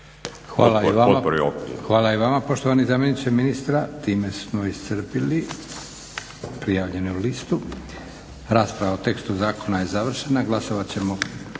Hvala i vama poštovani zamjeniče ministra. Time smo iscrpili prijavljenu listu. Rasprava o tekstu zakona je završena. Glasovat ćemo